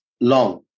long